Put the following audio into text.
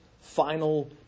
final